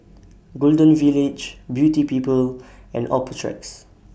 Golden Village Beauty People and Optrex